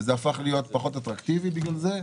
וזה הפך להיות פחות אטרקטיבי בגלל זה.